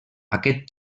aquest